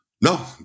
No